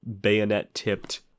bayonet-tipped